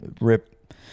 rip